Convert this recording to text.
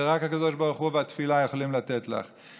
זה רק הקדוש ברוך הוא והתפילה יכולים לתת לך.